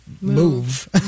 move